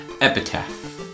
Epitaph